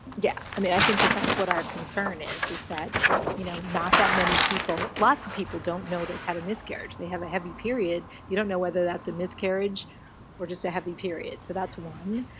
yeah. i mean, i think that that's what our concern is, is that you know not that many people lots of people don't know they've had a miscarriage. they have a heavy period, you don't now whether that's a miscarriage or just a heavy period. so that's one.